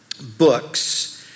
books